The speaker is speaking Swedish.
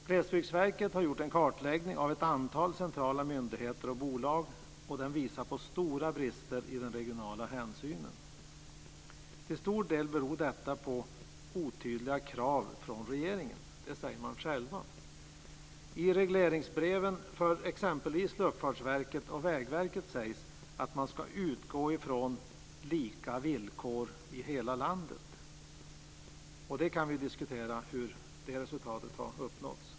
Glesbygdsverket har gjort en kartläggning av ett antal centrala myndigheter och bolag och den visar på stora brister i fråga om den regionala hänsynen. Till stor del beror detta på otydliga krav från regeringen - det säger de själva. I regleringsbreven för exempelvis Luftfartsverket och Vägverket sägs det att man ska utgå från lika villkor i hela landet. Hur det resultatet uppnåtts kan vi diskutera.